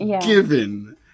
given